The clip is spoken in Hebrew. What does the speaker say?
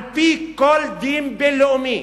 על-פי כל דין בין-לאומי